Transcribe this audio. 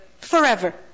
Forever